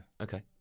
Okay